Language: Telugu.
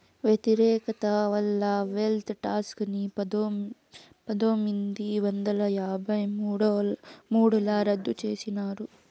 వ్యతిరేకత వల్ల వెల్త్ టాక్స్ ని పందొమ్మిది వందల యాభై మూడుల రద్దు చేసినారు